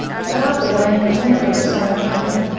but after that he was never the same tiger.